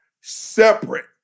separate